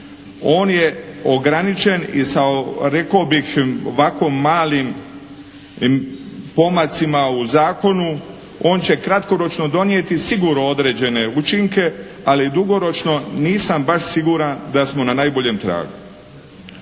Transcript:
On je ograničen i sa rekao bih ovako malim pomacima u zakonu on će kratkoročno donijeti sigurno određene učinke, ali dugoročno nisam baš siguran da smo na najboljem tragu.